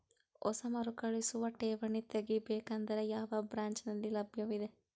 ಹೊಸ ಮರುಕಳಿಸುವ ಠೇವಣಿ ತೇಗಿ ಬೇಕಾದರ ಯಾವ ಬ್ರಾಂಚ್ ನಲ್ಲಿ ಲಭ್ಯವಿದೆ?